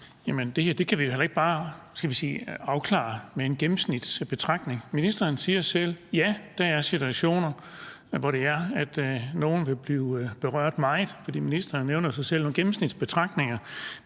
Det her kan vi jo heller ikke bare afklare gennem en gennemsnitsbetragtning. Ministeren siger selv, at der er situationer, hvor nogle vil blive berørt meget af det. Ministeren nævner jo selv nogle gennemsnitsbetragtninger.